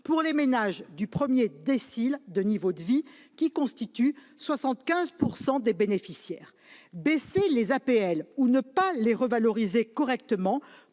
pour les ménages du premier décile de niveau de vie, qui constituent 75 % des bénéficiaires. Baisser les APL ou ne pas les revaloriser correctement,